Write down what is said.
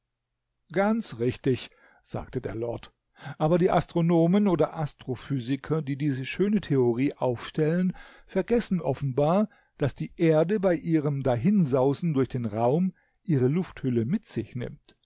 ganz richtig sagte der lord aber die astronomen oder astrophysiker die diese schöne theorie aufstellen vergessen offenbar daß die erde bei ihrem dahinsausen durch den raum ihre lufthülle mit sich nimmt